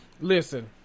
Listen